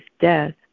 death